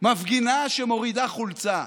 מפגינה שמורידה חולצה.